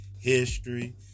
history